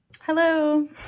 Hello